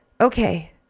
okay